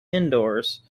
indoors